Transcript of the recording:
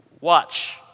Watch